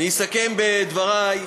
אני אסכם את דברי.